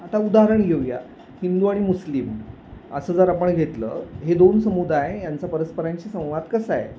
आता उदाहरण घेऊया हिंदू आणि मुस्लिम असं जर आपण घेतलं हे दोन समुदाय यांचा परस्परांशी संवाद कसा आहे